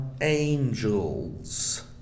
angels